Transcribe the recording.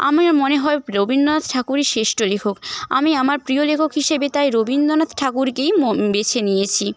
আমার মনে হয় রবীন্দ্রনাথ ঠাকুরই শ্রেষ্ঠ লেখক আমি আমার প্রিয় লেখক হিসেবে তাই রবীন্দ্রনাথ ঠাকুরকেই বেছে নিয়েছি